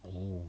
oh